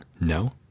No